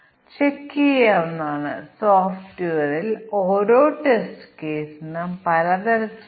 എന്നാൽ പിന്നീട് വളരെ സങ്കീർണമായ പ്രശ്നങ്ങൾക്ക് ടെസ്റ്റ് കേസുകളുടെ എണ്ണം വളരെ വലുതായിത്തീരും